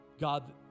God